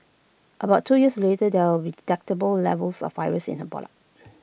about two years later there were detectable levels of virus in her blood